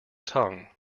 tongue